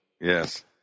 Yes